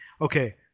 okay